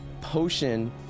Potion